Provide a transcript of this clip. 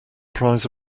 prize